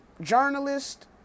Journalist